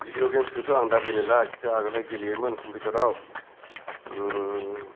भिडिय'गेमखौथ' आं दा गेलेला खिन्थु आगोलहाय गेलेयोमोन कमपिउटार आव